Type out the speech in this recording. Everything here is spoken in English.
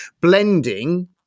blending